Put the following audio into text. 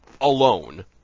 alone